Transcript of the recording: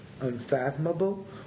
unfathomable